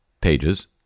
pages